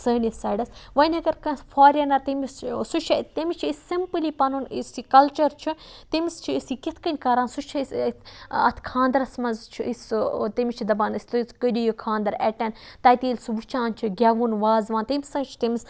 سٲنِس سایڈَس وۄنۍ اگر کانٛہہ فوریٖنَر تٔمس سُہ چھُ تٔمِس چھِ أسۍ سِمپلی پَنُن یُس یہِ کَلچَر چھُ تٔمِس چھِ أسۍ یہِ کِتھ کنۍ کَران سُہ چھِ أسۍ اتھ خانٛدرَس مَنٛز چھِ أسۍ سُہ تٔمِس چھِ دَپان أسۍ تُہۍ کٔرِو یہِ خانٛدَر ایٚٹنڈ تَتہِ ییٚلہِ سُہ وٕچھان چھُ گیٚوُن وازوان تمہِ سۭتۍ چھُ تٔمِس